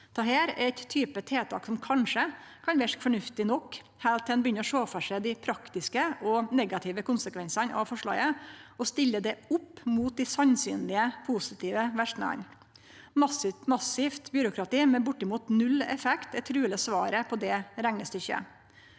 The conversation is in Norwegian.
Dette er ein type tiltak som kanskje kan verke fornuftig nok heilt til ein begynner å sjå for seg dei praktiske og negative konsekvensane av forslaget og stiller det opp mot dei sannsynlege positive verknadene. Massivt byråkrati med bortimot null effekt er truleg svaret på det reknestykket.